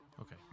Okay